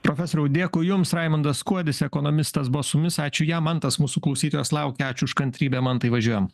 profesoriau dėkui jums raimundas kuodis ekonomistas buvo su mumis ačiū jam mantas mūsų klausytojas laukia ačiū už kantrybę mantai važiuojam